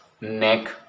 neck